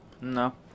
No